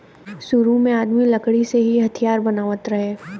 सुरु में आदमी लकड़ी के ही हथियार बनावत रहे